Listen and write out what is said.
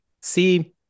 See